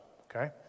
okay